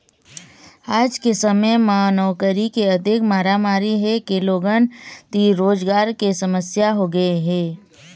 आज के समे म नउकरी के अतेक मारामारी हे के लोगन तीर रोजगार के समस्या होगे हे